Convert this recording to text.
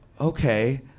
okay